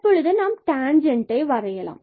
தற்பொழுது நாம் டான்ஜண்டை வரையலாம்